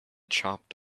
chopped